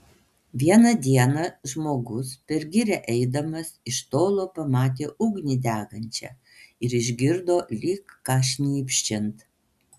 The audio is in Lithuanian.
vieną dieną žmogus per girią eidamas iš tolo pamatė ugnį degančią ir išgirdo lyg ką šnypščiant